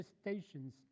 stations